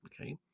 okay